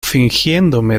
fingiéndome